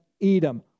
Edom